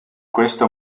questo